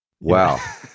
Wow